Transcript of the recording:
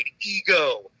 ego